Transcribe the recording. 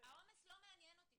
--- העומס לא מעניין אותי.